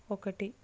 ఒకటి